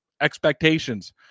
expectations